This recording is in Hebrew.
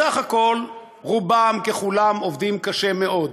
בסך הכול, רובם ככולם עובדים קשה מאוד,